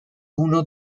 uno